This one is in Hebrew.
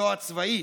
לזו הצבאית.